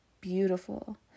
beautiful